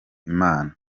imana